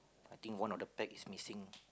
I think one of the flag is missing